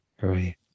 right